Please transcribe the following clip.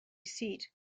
seat